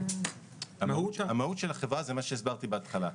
המהות של החברה היא מה שהסברתי בהתחלה,